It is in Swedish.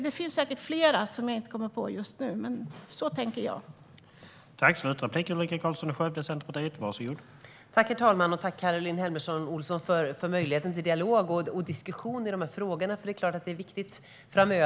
Det finns säkert fler branscher, men jag kommer inte på någon mer just nu.